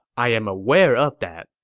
i'm aware of that,